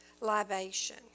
libation